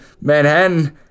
Manhattan